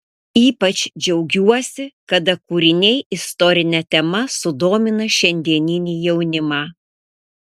ypač džiaugiuosi kada kūriniai istorine tema sudomina šiandieninį jaunimą